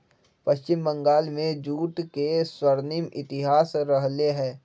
पश्चिम बंगाल में जूट के स्वर्णिम इतिहास रहले है